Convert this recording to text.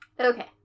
Okay